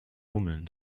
hummeln